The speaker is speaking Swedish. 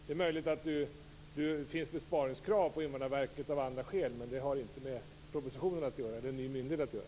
Det är möjligt att det finns besparingskrav på Invandrarverket av andra skäl, men de har inte med propositionen eller med den nya myndigheten att göra.